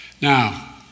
Now